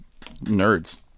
nerds